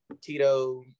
Tito